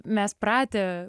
mes pratę